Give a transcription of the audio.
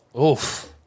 Oof